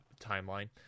timeline